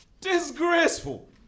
Disgraceful